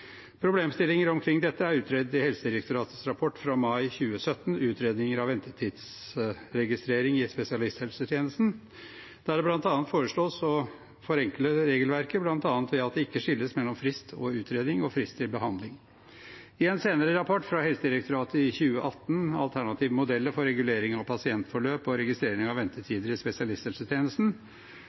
Problemstillinger omkring dette er utredet i Helsedirektoratets rapport fra mai 2017, «Utredning av ventetidsregistrering i spesialisthelsetjenesten», der det foreslås å forenkle regelverket bl.a. ved at det ikke skilles mellom frist til utredning og frist til behandling. I en senere rapport fra Helsedirektoratet i 2018, «Alternative modeller for regulering av pasientforløp og registrering av ventetider i spesialisthelsetjenesten»,